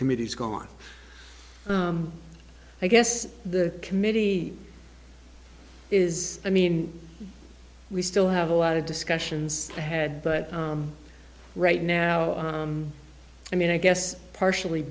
committee's gone i guess the committee is i mean we still have a lot of discussions ahead but right now i mean i guess partially